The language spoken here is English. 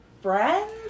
friends